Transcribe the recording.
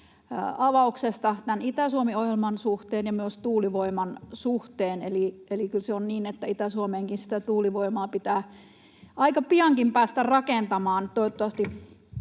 avauksesta tämän Itä-Suomi-ohjelman suhteen ja myös tuulivoiman suhteen. Eli kyllä se on niin, että Itä-Suomeenkin sitä tuulivoimaa pitää aika piankin päästä rakentamaan. Toivottavasti